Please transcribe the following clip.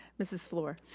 mrs. fluor.